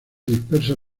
dispersa